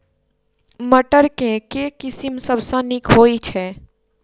मटर केँ के किसिम सबसँ नीक होइ छै?